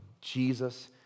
Jesus